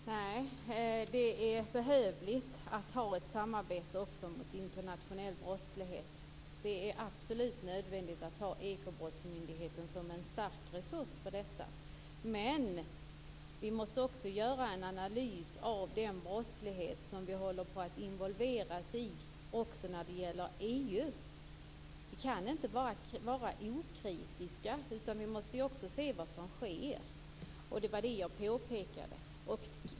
Fru talman! Nej, det är behövligt att ha ett samarbete också mot internationell brottslighet. Det är absolut nödvändigt att ha Ekobrottsmyndigheten som en stark resurs för detta. Men vi måste göra en analys av den brottslighet som vi håller på att involveras i också när det gäller EU. Vi kan inte bara vara okritiska. Vi måste också se vad som sker. Det var det jag påpekade.